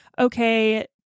Okay